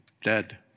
dead